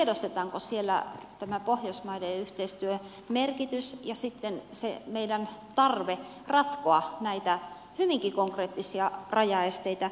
tiedostetaanko siellä tämä pohjoismaiden yhteistyön merkitys ja sitten se meidän tarpeemme ratkoa näitä hyvinkin konkreettisia rajaesteitä